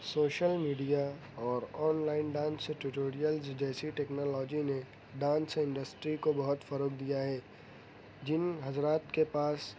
social media اور online dance tutorial جیسی technology نے ڈانس انڈسٹری کو بہت فروغ دیا ہے جن حضرات کے پاس